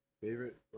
Favorite